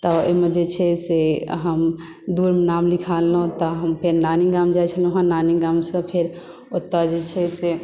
तऽ एहिमे जे छै से हम दूरमे नाम लिखा लेलहुँ तहन फेर नानी गाम जाइत छलहुँ हेँ नानी गामसँ फेर ओतय जे छै से